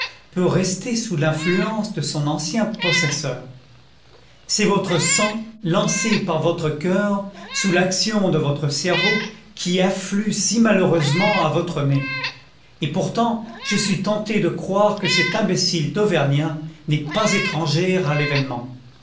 peut rester sousl'influenno de son ancien possesseur c'est votre sang lancj par votre cœur sous l'action de votre cerveau qui afflue si malheureusement à votre nez et pourtant je suis tenté de croire que cet imbécile d'auvergnat n'est pas étranger à l'événement